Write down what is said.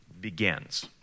begins